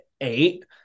eight